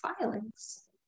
filings